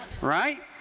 Right